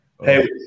Hey